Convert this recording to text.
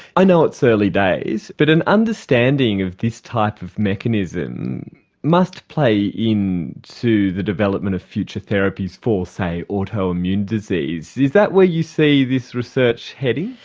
i know its early days, but an understanding of this type of mechanism must play in to the development of future therapies for, say, autoimmune disease. is that where you see this research heading?